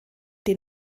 den